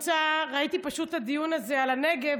ראיתי פשוט את הדיון הזה על הנגב,